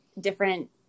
different